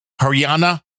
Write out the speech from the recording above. Haryana